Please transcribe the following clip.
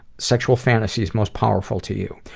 sexual fantasies most powerful to you?